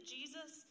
Jesus